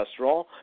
cholesterol